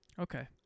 Okay